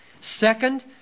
Second